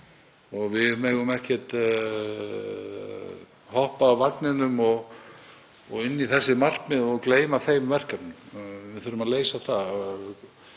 Við megum ekki hoppa af vagninum og inn í þessi markmið og gleyma þeim verkefnum. Við þurfum að leysa það.